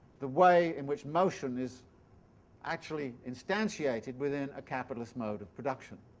the way in which motion is actually instantiated within a capitalist mode of production.